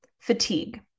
fatigue